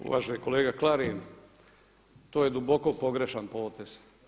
uvaženi kolega Klarin, to je duboko pogrešan potez.